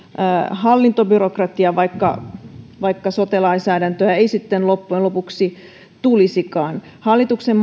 hallintobyrokratiaa vaikka vaikka sote lainsäädäntöä ei sitten loppujen lopuksi tulisikaan hallituksen